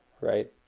right